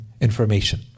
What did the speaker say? information